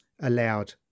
allowed